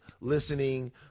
listening